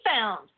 found